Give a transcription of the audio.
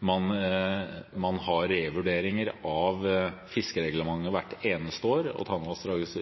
Man har revurderinger av fiskereglementet hvert eneste år, og Tanavassdragets